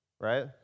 right